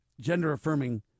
gender-affirming